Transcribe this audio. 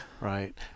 Right